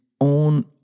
own